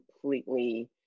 completely